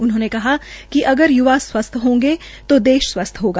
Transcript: उन्होंन कहा कि अगर य्वा स्वस्थ होंगे तो देश स्वस्थ होगा